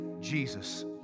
Jesus